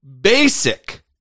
basic